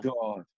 God